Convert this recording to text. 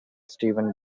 steven